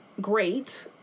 great